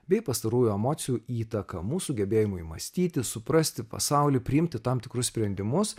bei pastarųjų emocijų įtaką mūsų gebėjimui mąstyti suprasti pasaulį priimti tam tikrus sprendimus